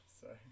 Sorry